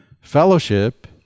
Fellowship